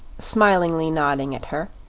smilingly nodding at her.